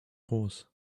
course